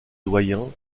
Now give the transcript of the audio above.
doyen